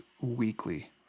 weekly